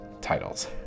titles